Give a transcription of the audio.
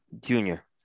junior